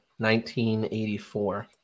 1984